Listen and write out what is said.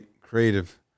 creative